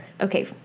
okay